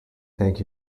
thank